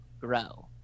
grow